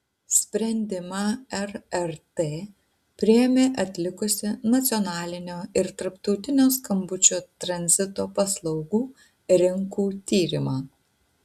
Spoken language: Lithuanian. sprendimą rrt priėmė atlikusi nacionalinio ir tarptautinio skambučių tranzito paslaugų rinkų tyrimą